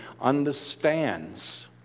understands